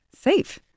safe